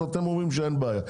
אז אתם אומרים שאין בעיה,